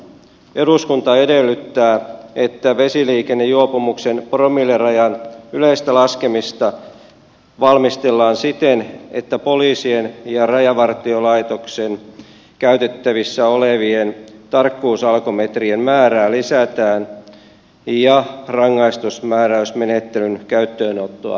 eduskunta edellyttää että vesiliikennejuopumuksen promillerajan yleistä laskemista valmistellaan siten että poliisien ja rajavartiolaitoksen käytettävissä olevien tarkkuusalkometrien määrää lisätään ja rangaistusmääräysmenettelyn käyttöönottoa laajennetaan